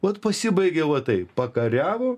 vat pasibaigė va taip pakariavo